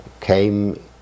came